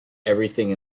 everything